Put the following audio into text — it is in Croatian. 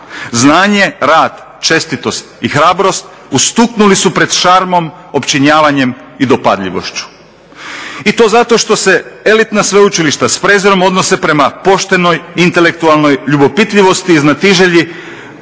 Znanje, rad, čestitost i hrabrost ustuknuli su pred šarmom opčinjavanjem i dopadljivošću i to zato što se elitna sveučilišta s prezirom odnose prema poštenoj, intelektualnoj ljubopitljivosti i znatiželji